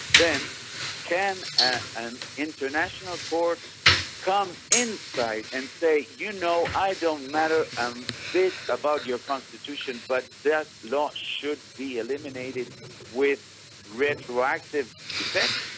then can an international court come inside and say, you know, i don't matter a um bit about your constitution, but that law should be eliminated with retroactive effect'?